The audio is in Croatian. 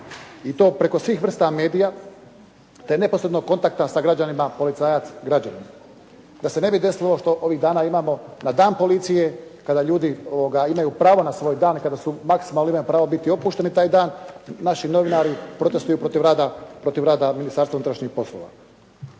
i to preko svih vrsta medija, te neposrednog kontakta sa građanima policajac-građanin, da se ne bi desilo što ovih dana imamo na Dan policije kada ljudi imaju pravo na svoj dan, kada su maksimalno imali pravo biti opušteni taj dan naši novinari protestuju protiv rada Ministarstva unutrašnjih poslova.